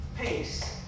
Peace